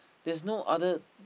there's no other